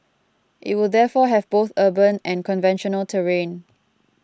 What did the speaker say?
it will therefore have both urban and conventional terrain